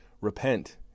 Repent